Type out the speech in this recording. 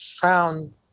found